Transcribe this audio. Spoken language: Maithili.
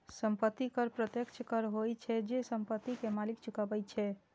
संपत्ति कर प्रत्यक्ष कर होइ छै, जे संपत्ति के मालिक चुकाबै छै